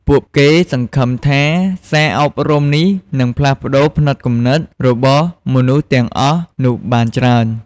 ពួកគេសង្ឃឹមថាសារអប់រំនេះនឹងផ្លាស់ប្តូរផ្នត់គំនិត របស់មនុស្សទាំងអស់នោះបានច្រើន។